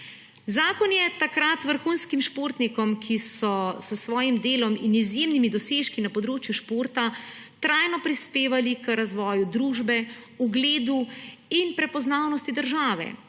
Zakon je takrat vrhunskim športnikom, ki so s svojim delom in izjemnimi dosežki na področju športa trajno prispevali k razvoju družbe, ugledu in prepoznavnosti države,